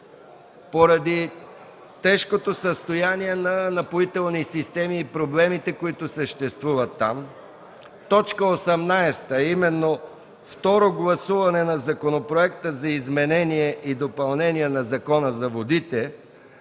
Поради тежкото състояние на „Напоителни системи” и проблемите, съществуващи там, точка 18, а именно Второ гласуване на Законопроекта за изменение и допълнение на Закона за водите